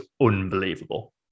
unbelievable